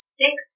six